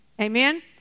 Amen